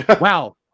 Wow